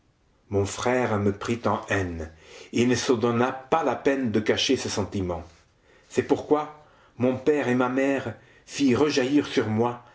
mon frère me prit en haine et ne se donna pas la peine de cacher ses sentiments c'est pourquoi mon père et ma mère firent rejaillir sur moi